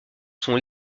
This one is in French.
sont